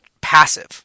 passive